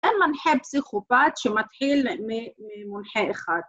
‫אין מנחה פסיכופת ‫שמתחיל ממונחה אחד.